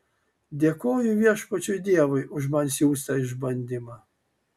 dėkoju viešpačiui dievui už man siųstą išbandymą